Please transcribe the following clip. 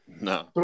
No